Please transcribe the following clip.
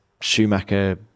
schumacher